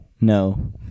No